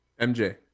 MJ